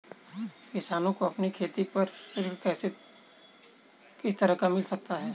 किसानों को अपनी खेती पर ऋण किस तरह मिल सकता है?